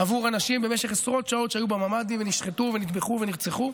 עבור אנשים במשך עשרות שעות שהם היו בממ"דים ונשחטו ונטבחו ונרצחו,